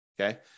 Okay